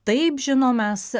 taip žino mes